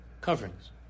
coverings